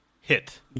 hit